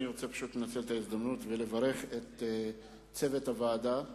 אני רוצה פשוט לנצל את ההזדמנות ולברך את צוות הוועדה,